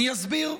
אני אסביר,